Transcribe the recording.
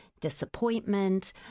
disappointment